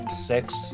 six